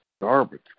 Garbage